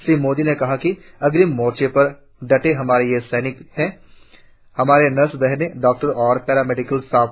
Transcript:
श्री मोदी ने कहा कि अग्रिम मोर्चे पर डटे हमारे ये सैनिक हैं हमारी नर्स बहनें डाक्टर और पैरा मेडिकल स्टॉफ